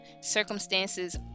Circumstances